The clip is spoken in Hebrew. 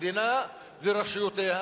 המדינה ורשויותיה